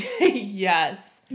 yes